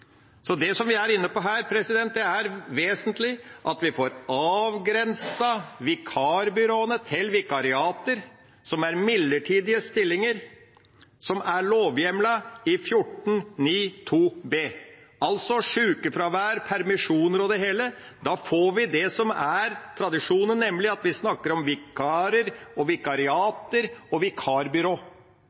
Så det vi er inne på her, er vesentlig: at vi får avgrenset vikarbyråene til vikariater, som er midlertidige stillinger, som er lovhjemlet i § 14-9 – altså sjukefravær, permisjoner og det hele. Da får vi det som er tradisjonen, nemlig at vi snakker om vikarer og vikariater og vikarbyrå.